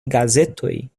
gazetoj